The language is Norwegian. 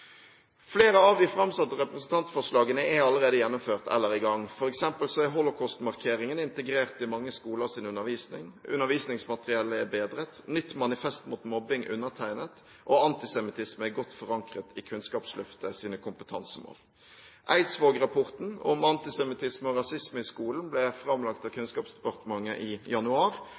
Flere av de framsatte representantforslagene er allerede gjennomført eller i gang. For eksempel er holocaustmarkeringen integrert i mange skolers undervisning. Undervisningsmateriell er bedret, nytt Manifest mot mobbing undertegnet, og kampen mot antisemittisme er godt forankret i Kunnskapsløftets kompetansemål. Eidsvåg-rapporten om antisemittisme og rasisme i skolen ble framlagt av Kunnskapsdepartementet i januar,